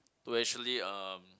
to actually um